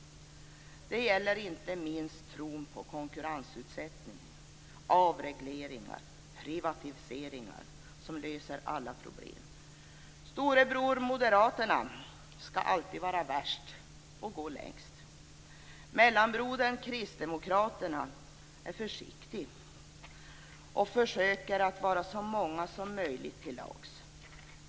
Det gäller inte minst i tron på att konkurrensutsättning, avreglering och privatisering löser alla problem. Storebror, Moderaterna, skall alltid vara värst och gå längst. Mellanbrodern, Kristdemokraterna, är försiktig och försöker att vara så många som möjligt till lags.